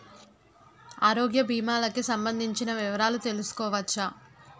ఆరోగ్య భీమాలకి సంబందించిన వివరాలు తెలుసుకోవచ్చా?